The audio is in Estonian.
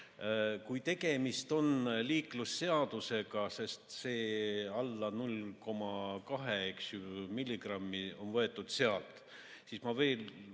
Kui tegemist on liiklusseadusega, sest see "alla 0,2 milligrammi" on võetud sealt, siis ma veel